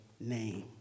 name